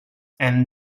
and